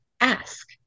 ask